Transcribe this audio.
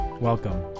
Welcome